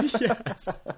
Yes